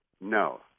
no